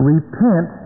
Repent